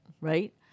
right